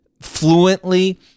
fluently